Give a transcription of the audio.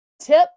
tip